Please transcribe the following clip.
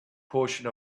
portion